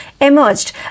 emerged